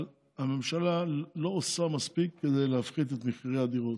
אבל הממשלה לא עושה מספיק כדי להפחית את מחירי הדירות.